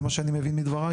זה מה שאני מבין מדברייך?